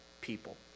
people